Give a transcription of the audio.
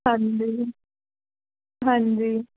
ਹਾਂਜੀ ਹਾਂਜੀ